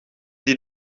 die